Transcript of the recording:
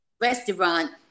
Restaurant